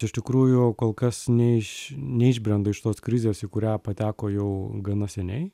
iš tikrųjų kol kas neiš neišbrenda iš tos krizės į kurią pateko jau gana seniai